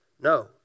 No